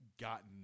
gotten